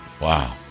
Wow